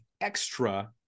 extra